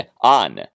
on